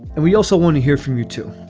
and we also want to hear from you, too.